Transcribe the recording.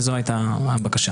וזאת הייתה הבקשה.